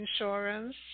insurance